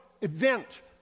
event